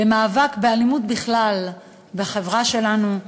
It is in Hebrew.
למאבק באלימות בכלל בחברה שלנו,